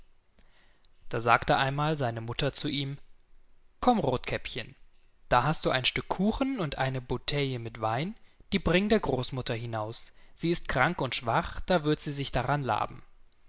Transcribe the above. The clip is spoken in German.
da sagte einmal seine mutter zu ihm komm rothkäppchen da hast du ein stück kuchen und ein bouteille mit wein die bring der großmutter hinaus sie ist krank und schwach da wird sie sich daran laben